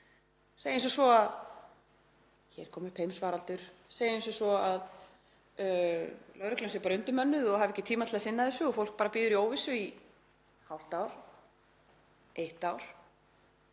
Segjum sem svo að hér komi upp heimsfaraldur, segjum sem svo að lögreglan sé bara undirmönnuð og hafi ekki tíma til að sinna þessu og fólk bíður í óvissu í hálft ár, eitt ár,